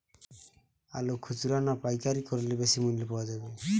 আলু খুচরা না পাইকারি করলে বেশি মূল্য পাওয়া যাবে?